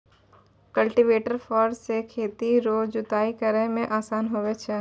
cultivator फार से खेत रो जुताइ करै मे आसान हुवै छै